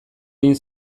egin